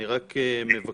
אני רק מבקש